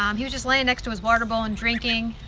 um he was just laying next to his water bowl and drinking.